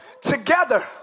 together